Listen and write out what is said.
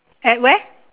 at where